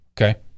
okay